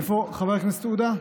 איפה חבר הכנסת עודה?